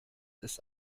ist